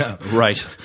Right